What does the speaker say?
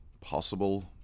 possible